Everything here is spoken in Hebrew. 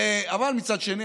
אבל מצד שני,